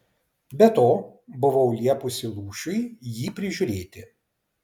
be to buvau liepusi lūšiui jį prižiūrėti